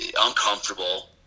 uncomfortable